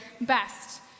best